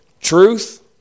Truth